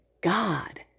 God